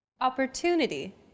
Opportunity